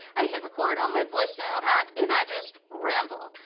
i hit record on my voice memo app, and i just ramble.